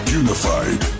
unified